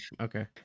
okay